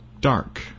Dark